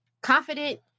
confident